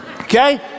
okay